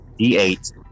D8